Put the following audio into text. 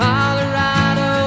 Colorado